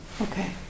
okay